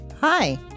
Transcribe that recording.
Hi